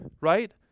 right